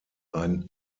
ein